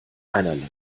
einerlei